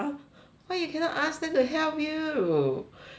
why you cannot ask them to help you then